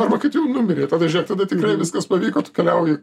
arba kai tu jau numirei tada žiūrėk tada tikrai viskas pavyko tu keliauji